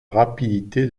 rapidité